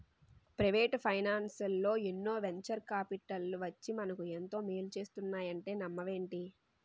Private ఫైనాన్సల్లో ఎన్నో venture కాపిటల్లు వచ్చి మనకు ఎంతో మేలు చేస్తున్నాయంటే నమ్మవేంటి?